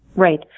Right